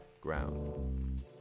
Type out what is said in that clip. Ground